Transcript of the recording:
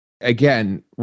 again